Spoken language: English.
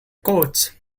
coach